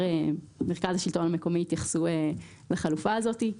מרכז השלטון המקומי יתייחס לחלופה הזאת.